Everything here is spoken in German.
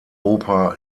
oper